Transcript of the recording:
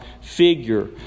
figure